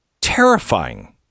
terrifying